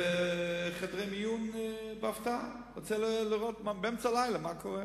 בחדרי מיון בהפתעה, באמצע הלילה, לראות מה קורה.